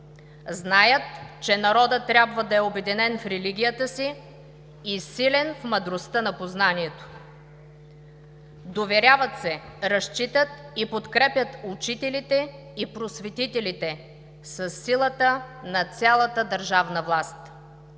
Знаят, че народът трябва да е обединен в религията си и силен в мъдростта на познанието. Доверяват се, разчитат и подкрепят учителите и просветителите със силата на цялата държавна власт.